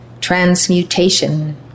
transmutation